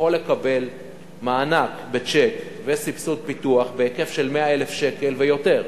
יכול לקבל מענק בצ'ק וסבסוד פיתוח בהיקף של 100,000 שקל ויותר,